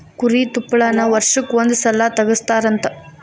ಕುರಿ ತುಪ್ಪಳಾನ ವರ್ಷಕ್ಕ ಒಂದ ಸಲಾ ತಗಸತಾರಂತ